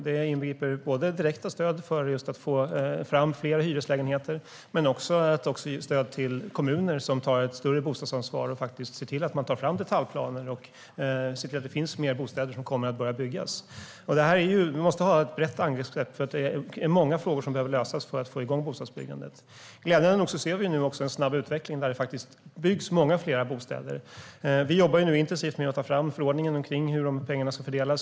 Satsningen inbegriper både direkta stöd för att få fram fler hyreslägenheter och stöd till kommuner som tar ett större bostadsansvar och ser till att ta fram detaljplaner och att det kommer att börja byggas fler bostäder. Vi måste ha ett brett angreppssätt, för det är många frågor som behöver lösas för att få igång bostadsbyggandet. Glädjande nog ser vi nu en snabb utveckling där det byggs många fler bostäder. Vi jobbar nu intensivt med att ta fram förordningen för hur pengarna ska fördelas.